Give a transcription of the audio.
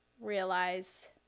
realize